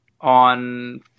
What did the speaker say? on